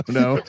no